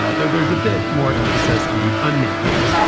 ah though there's a bit more emphasis on the unmaking.